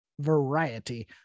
variety